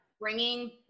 bringing